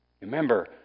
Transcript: Remember